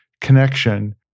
connection